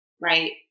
right